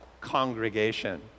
congregation